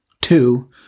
Two